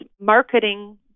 marketing